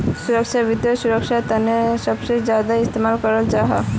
सुरक्षाक वित्त सुरक्षार तने सबसे ज्यादा इस्तेमाल कराल जाहा